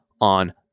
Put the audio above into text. on